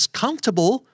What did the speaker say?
comfortable